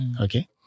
Okay